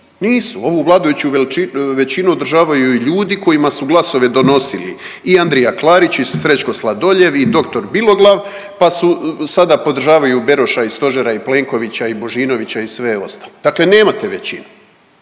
nisu. Ovu vladajuću većinu održavaju i ljudi kojima su glasove donosili i Andrija Klarić i Srećko Sladoljev i doktor Biloglav, pa sada podržavaju Beroša i Stožer i Plenkovića i Božinovića i sve ostale. Dakle, nemate većinu